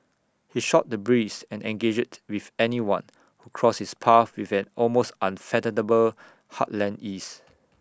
he shot the breeze and engaged with anyone who crossed his path with an almost unfathomable heartland ease